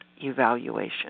evaluation